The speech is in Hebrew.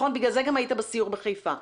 בגלל זה גם היית בסיור בחיפה.